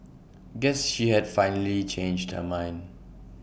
guess she had finally changed her mind